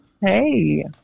Hey